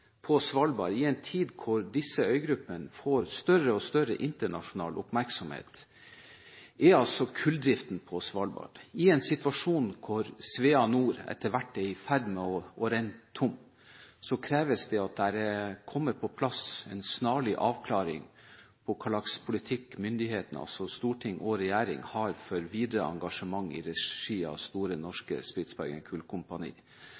på Svalbard, i en tid da denne øygruppen får større og større internasjonal oppmerksomhet, er kulldriften og hvor situasjonen er den at Svea Nord etter hvert er i ferd med å renne tom, og da kreves det at det snarlig kommer på plass en avklaring av hva slags politikk myndighetene, storting og regjering, har for videre engasjement i regi av Store Norske Spitsbergen Kullkompani.